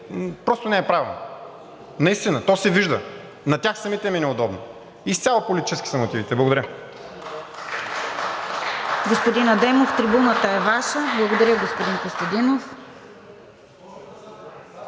просто не е правилно. Наистина, то се вижда – на тях самите им е неудобно. Изцяло политически са мотивите. Благодаря.